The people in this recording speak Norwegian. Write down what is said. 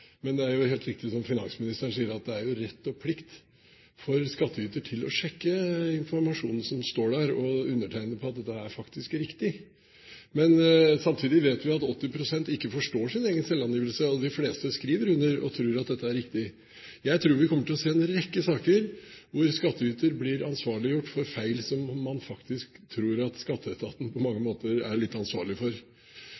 Men det er helt riktig, som finansministeren sier, at skattyter har rett og plikt til å sjekke informasjonen som står der, og undertegne på at det faktisk er riktig. Samtidig vet vi at 80 pst. ikke forstår sin egen selvangivelse, og at de fleste skriver under og tror at dette er riktig. Jeg tror vi kommer til å se en rekke saker, der skattyter blir ansvarliggjort for feil man faktisk tror Skatteetaten på mange